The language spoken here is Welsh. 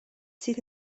sydd